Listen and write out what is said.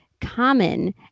common